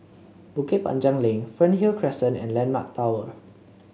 Bukit Panjang Link Fernhill Crescent and landmark Tower